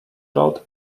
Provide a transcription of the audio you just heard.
wrote